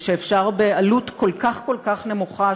ושאפשר בעלות כל כך כל כך נמוכה,